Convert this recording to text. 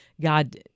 God